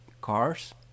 cars